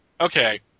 okay